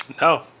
No